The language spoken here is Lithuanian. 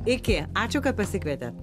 iki ačiū kad pasikvietėt